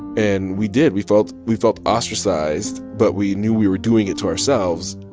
and we did we felt we felt ostracized, but we knew we were doing it to ourselves.